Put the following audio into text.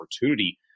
opportunity